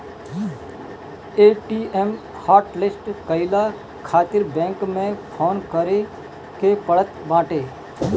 ATM hotlist कईला खातिर bank में फोन करे के पड़त बाटे